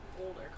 older